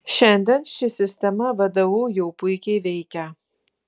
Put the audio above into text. šiandien ši sistema vdu jau puikiai veikia